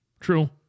true